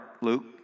Luke